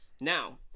Now